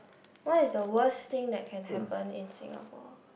what is the worst thing that can happen in Singapore